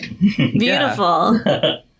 beautiful